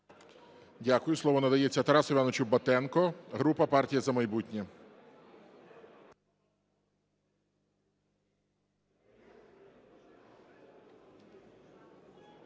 Дякую. Слово надається Тарасу Івановичу Батенку, група "Партія "За майбутнє".